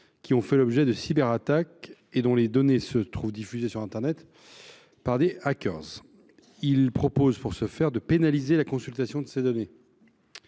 qui ont fait l’objet de cyberattaques et dont les données se trouvent diffusées sur internet par des hackers. Pour ce faire, il tend à pénaliser la consultation de ces dernières.